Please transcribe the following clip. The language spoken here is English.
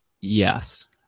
Yes